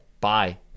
Bye